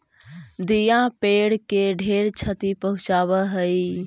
दियाँ पेड़ के ढेर छति पहुंचाब हई